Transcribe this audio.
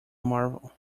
marvel